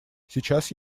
сейчас